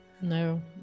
No